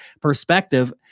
perspective